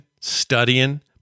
studying